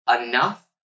enough